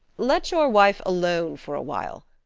let your wife alone for a while.